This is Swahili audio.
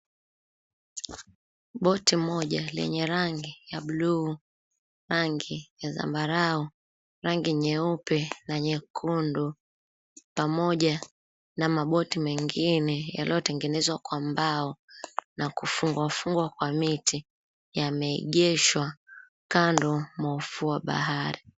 Boti moja lenye rangi ya buluu, rangi ya zambarau, rangi nyeupe na nyekundu pamoja na maboti mengine yaliyotengenezwa kwa mbao na kufungwafungwa kwa miti yameegeshwa kando mwa ufuo wa bahari.